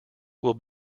will